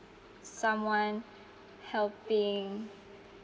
someone helping